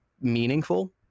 meaningful